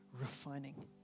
refining